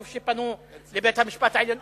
טוב שפנו לבית-המשפט העליון.